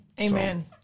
Amen